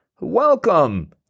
Welcome